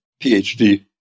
PhD